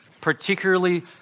particularly